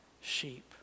sheep